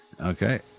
Okay